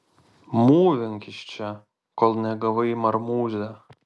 mūvink iš čia kol negavai į marmūzę